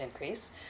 increase